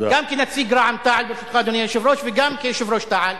גם כנציג רע"ם-תע"ל וגם כיושב-ראש תע"ל,